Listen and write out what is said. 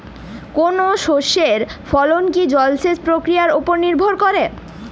কোনো শস্যের ফলন কি জলসেচ প্রক্রিয়ার ওপর নির্ভর করে?